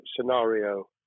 scenario